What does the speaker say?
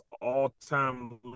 all-time